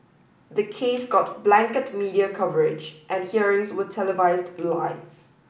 the case got blanket media coverage and hearings were televised live